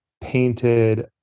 painted